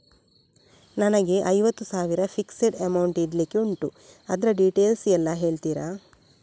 ನನಗೆ ಐವತ್ತು ಸಾವಿರ ಫಿಕ್ಸೆಡ್ ಅಮೌಂಟ್ ಇಡ್ಲಿಕ್ಕೆ ಉಂಟು ಅದ್ರ ಡೀಟೇಲ್ಸ್ ಎಲ್ಲಾ ಹೇಳ್ತೀರಾ?